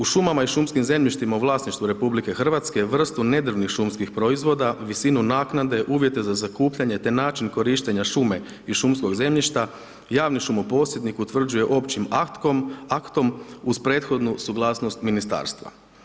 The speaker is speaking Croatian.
U šumama i šumskim zemljištima u vlasništvu RH, vrstu nedrvnih šumskih proizvoda, visinu naknade, uvjete za zakupljanje, te način korištenja šume i šumskog zemljišta, javni šumo posjednik utvrđuje općim aktom uz prethodnu suglasnost ministarstva.